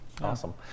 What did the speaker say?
Awesome